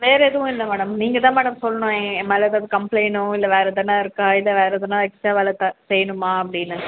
வேறு எதுவும் இல்லை மேடம் நீங்கள் தான் மேடம் சொல்லணும் என் மேல் ஏதாவது கம்ப்ளைனோ இல்லை வேறு ஏதனா இருக்கா இல்லை வேறு ஏதனா எக்ஸ்ட்ரா வேலை த செய்யணுமா அப்படினு